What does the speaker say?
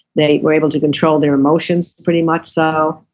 they were able to control their emotions pretty much so.